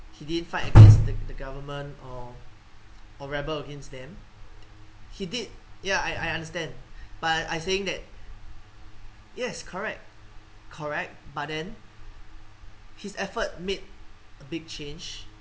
he didn't fight against the government or or rebel against them he did ya I I understand but I I saying that yes correct correct but then his effort made a big change